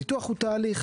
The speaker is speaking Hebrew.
הניתוח הוא תהליך.